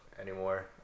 anymore